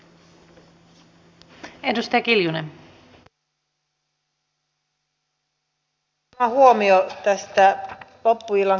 muutama huomio tästä loppuillan keskustelusta